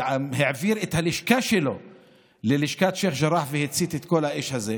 שהעביר את הלשכה שלו ללשכת שייח' ג'ראח והצית את כל האש הזו.